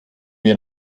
wir